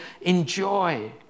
enjoy